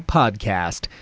podcast